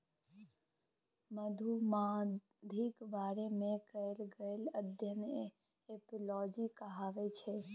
मधुमाछीक बारे मे कएल गेल अध्ययन एपियोलाँजी कहाबै छै